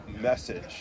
message